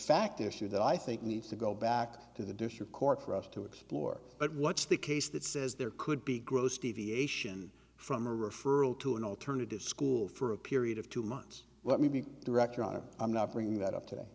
fact issue that i think needs to go back to the district court for us to explore it what's the case that says there could be gross deviation from a referral to an alternative school for a period of two months let me be direct your honor i'm not bringing that up today